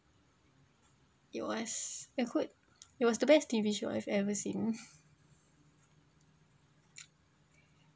it was a good it was the best T_V show I've ever since